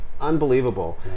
unbelievable